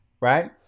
right